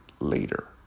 later